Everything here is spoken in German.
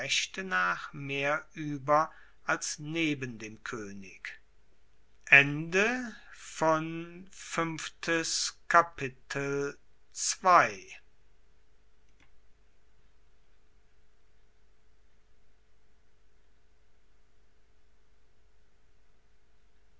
nach mehr ueber als neben dem koenig